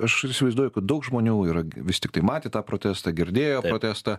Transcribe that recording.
aš ir įsivaizduoju kad daug žmonių yra vis tiktai matė tą protestą girdėjo testą